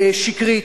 שקרית.